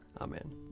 Amen